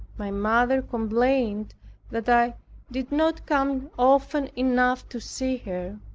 my mother complained that i did not come often enough to see her.